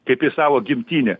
kaip į savo gimtinę